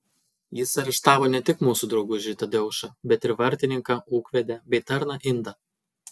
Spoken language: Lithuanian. jis areštavo ne tik mūsų draugužį tadeušą bet ir vartininką ūkvedę bei tarną indą